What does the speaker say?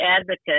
advocate